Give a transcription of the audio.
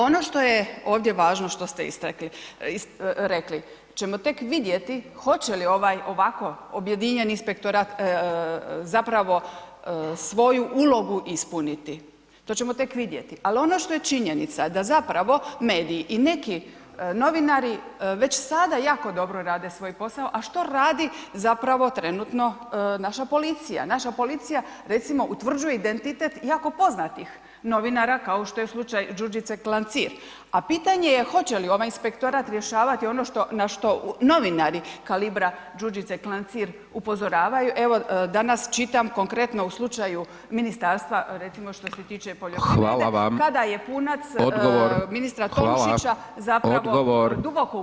Ono što je ovdje važno, što ste istakli, rekli ćemo tek vidjeti hoće li ovaj ovako objedinjeni inspektorat zapravo svoju ulogu ispuniti, to ćemo tek vidjeti ali ono što je činjenica da zapravo, mediji i neki novinari već sada jako dobro rade svoj posao a što radi zapravo trenutno naša policija, naša policija recimo utvrđuje identitet jako poznatih novinara kao što je slučaj Đurđice Klancir a pitanje je hoće li ovaj inspektorat rješavati ono na što novinari kalibra Đurđe Klancir upozoravaju, evo danas čitam konkretno u slučaju ministarstva recimo što se tiče poljoprivrede [[Upadica Hajdaš Dončić: Hvala vam.]] kada je punac ministra Tolušića zapravo duboko upleten